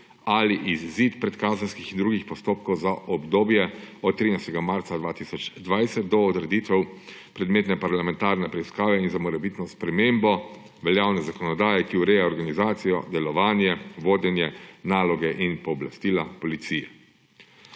in/ali izid predkazenskih in drugih postopkov za obdobje od 13. marca 2020 do odreditve predmetne parlamentarne preiskave in za morebitno spremembo veljavne zakonodaje, ki ureja organizacijo, delovanje, vodenje, naloge in pooblastila slovenske